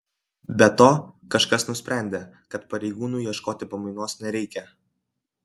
be to kažkas nusprendė kad pareigūnui ieškoti pamainos nereikia